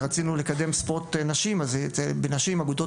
שרצינו לקדם ספורט נשים אז בנשים אגודות